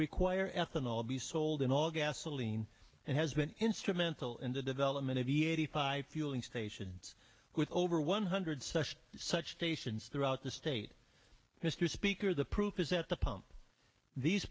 require ethanol be sold in all gasoline and has been instrumental in the development of e eighty five fueling stations with over one hundred such such stations throughout the state mr speaker the proof is at the pump these